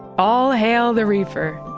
all hail the reefer,